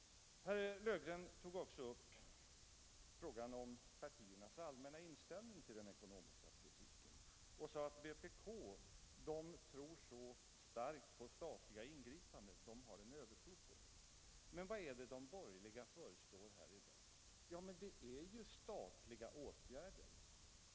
Herr Löfgren tog upp frågan om partiernas allmänna inställning till den ekonomiska politiken och sade att vpk har en övertro på statliga ingripanden. Men vad är det de borgerliga föreslår i dag? Det är ju statliga åtgärder.